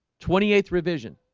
twenty eighth revision